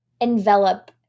envelop